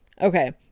Okay